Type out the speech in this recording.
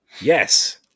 Yes